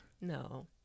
No